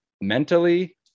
mentally